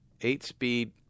Eight-speed